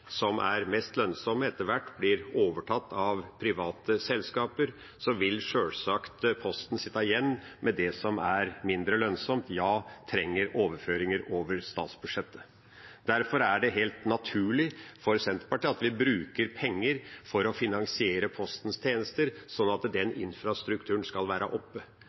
som er mest lønnsomme, etter hvert blir overtatt av private selskaper, vil sjølsagt Posten sitte igjen med det som er mindre lønnsomt og ja, trenge overføringer over statsbudsjettet. Derfor er det helt naturlig for Senterpartiet at vi bruker penger for å finansiere Postens tjenester, sånn at den infrastrukturen skal være oppe,